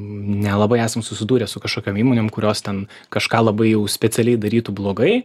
nelabai esam susidūrę su kažkokiom įmonėm kurios ten kažką labai jau specialiai darytų blogai